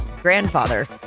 Grandfather